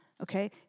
Okay